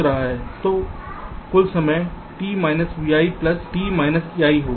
तो कुल समय t vi plus t ei होगा